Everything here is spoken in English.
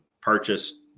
purchase